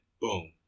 boom